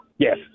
Yes